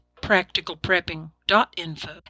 practicalprepping.info